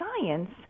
science